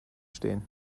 stehen